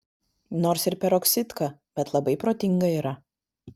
nors ir peroksidka bet labai protinga yra